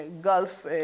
Gulf